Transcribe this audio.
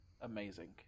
amazing